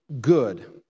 good